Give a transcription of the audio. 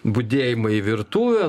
budėjimai į virtuvę